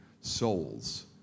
souls